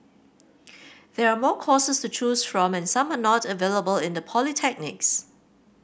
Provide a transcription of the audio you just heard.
there are more courses to choose from and some are not available in the polytechnics